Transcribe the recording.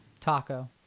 Taco